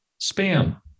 Spam